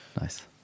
Nice